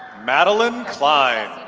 madeline klein